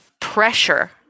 pressure